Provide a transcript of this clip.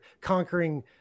conquering